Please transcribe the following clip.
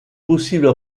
possible